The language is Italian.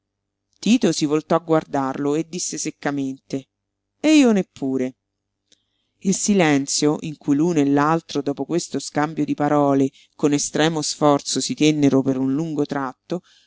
porto tito si voltò a guardarlo e disse seccamente e io neppure il silenzio in cui l'uno e l'altro dopo questo scambio di parole con estremo sforzo si tennero per un lungo tratto